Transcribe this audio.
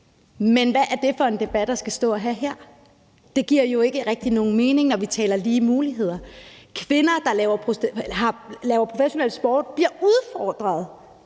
Men hvad er det for en debat at skulle stå og have her? Det giver jo ikke rigtig nogen mening, når vi taler lige muligheder. Kvinder, der laver professionel sport, bliver udfordret,